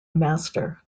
master